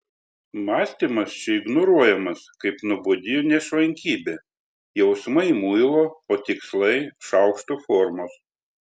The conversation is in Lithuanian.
mąstymas čia ignoruojamas kaip nuobodi nešvankybė jausmai muilo o tikslai šaukšto formos